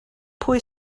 pwy